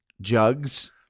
jugs